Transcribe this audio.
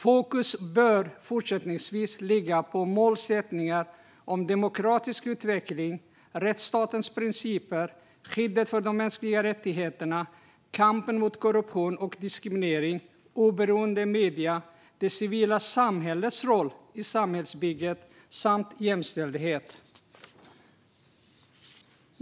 Fokus bör fortsättningsvis ligga på målsättningar om demokratisk utveckling, rättsstatens principer, skyddet för de mänskliga rättigheterna, kampen mot korruption och diskriminering, oberoende medier, det civila samhällets roll i samhällsbygget samt jämställdhet.